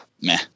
meh